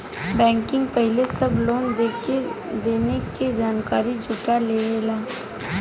bank पहिले सब लेन देन के जानकारी जुटा लेवेला